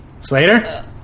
Slater